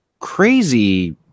Crazy